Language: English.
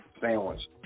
sandwich